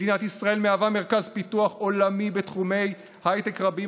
מדינת ישראל מהווה מרכז פיתוח עולמי בתחומי הייטק רבים,